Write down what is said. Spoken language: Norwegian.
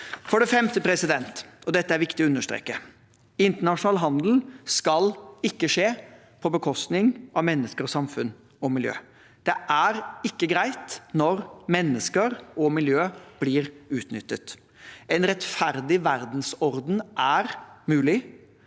Internasjonal handel skal ikke skje på bekostning av mennesker, samfunn og miljø. Det er ikke greit når mennesker og miljø blir utnyttet. En rettferdig verdensorden er mulig.